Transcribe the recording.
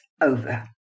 over